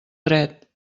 dret